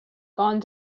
gone